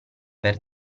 per